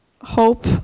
hope